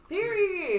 Period